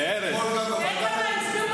תראה כמה הצביעו